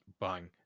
bang